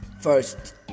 first